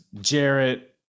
Jarrett